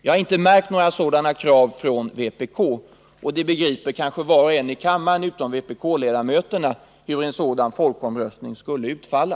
Jag har dock inte märkt några sådana krav från vpk. Och det begriper kanske var och en i kammaren — utom möjligen vpk-ledamöterna — hur en sådan folkomröstning skulle utfalla.